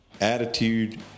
Attitude